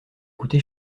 coûté